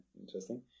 interesting